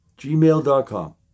gmail.com